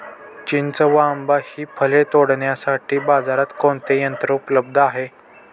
चिंच व आंबा हि फळे तोडण्यासाठी बाजारात कोणते यंत्र उपलब्ध आहे?